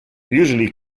usually